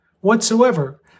Whatsoever